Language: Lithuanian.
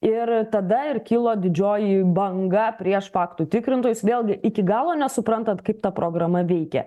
ir tada ir kilo didžioji banga prieš faktų tikrintojus vėlgi iki galo nesuprantant kaip ta programa veikia